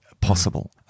possible